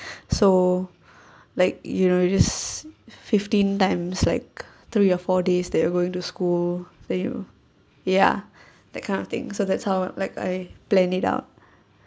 so like you know you just fifteen times like three or four days that you're going to school then you ya that kind of thing so that's how like I plan it out